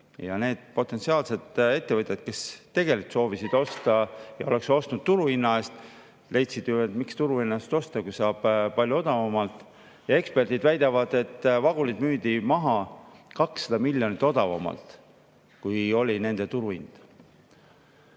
Ja need potentsiaalsed ettevõtjad, kes tegelikult soovisid osta ja oleks ostnud turuhinnaga, leidsid, et miks osta turuhinnaga, kui saab palju odavamalt. Eksperdid väidavad, et vagunid müüdi maha 200 miljonit odavamalt, kui oli nende turuhind.